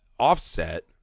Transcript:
Offset